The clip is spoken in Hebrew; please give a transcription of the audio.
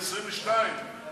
אתה